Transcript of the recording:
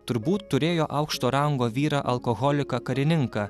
turbūt turėjo aukšto rango vyrą alkoholiką karininką